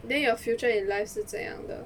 then your future in life 是怎样的